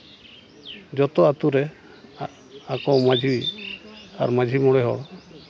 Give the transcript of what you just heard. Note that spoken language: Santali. ᱡᱚᱛᱚ ᱟᱛᱳ ᱨᱮ ᱟᱠᱚ ᱢᱟᱹᱡᱷᱤ ᱟᱨ ᱢᱟᱹᱡᱷᱤ ᱢᱚᱬᱮ ᱦᱚᱲ